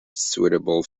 suitable